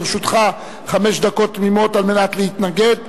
לרשותך חמש דקות תמימות על מנת להתנגד,